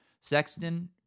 sexton